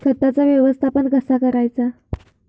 खताचा व्यवस्थापन कसा करायचा?